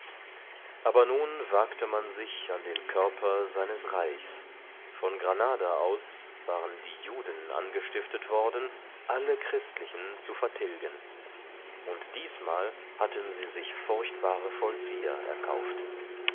aber nun wagte man sich an den körper seines reichs von granada aus waren die juden angestiftet worden alle christlichen zu vertilgen und diesmal hatten sie sich furchtbarere vollzieher erkauft